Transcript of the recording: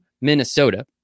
Minnesota